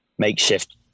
makeshift